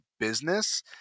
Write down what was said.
business